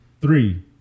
Three